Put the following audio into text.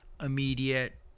immediate